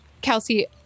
Kelsey